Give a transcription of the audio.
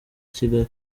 kigali